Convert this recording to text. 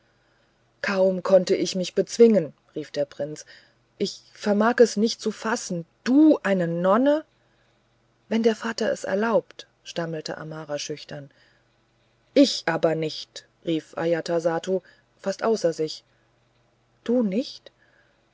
kaum konnte ich mich bezwingen rief der prinz ich vermag es nicht zu fassen du eine nonne wenn der vater es erlaubt stammelte amara schüchtern ich aber nicht rief ajatasattu fast außer sich du nicht